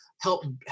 help